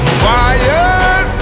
fire